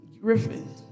Griffin